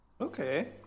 Okay